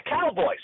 Cowboys